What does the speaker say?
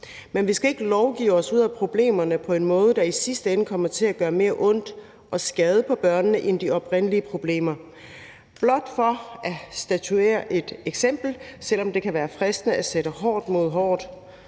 Men vi skal ikke lovgive os ud af problemerne på en måde, der i sidste ende kommer til at gøre mere ondt og skade på børnene end de oprindelige problemer, blot for at statuere et eksempel, selv om det kan være fristende at sætte hårdt mod hårdt